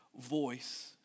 voice